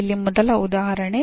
ಇಲ್ಲಿ ಮೊದಲ ಉದಾಹರಣೆ